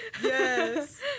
yes